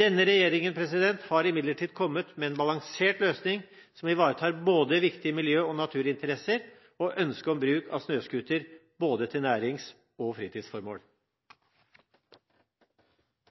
Denne regjeringen har imidlertid kommet med en balansert løsning som ivaretar viktige miljø- og naturinteresser og ønsket om bruk av snøscooter til både nærings- og fritidsformål.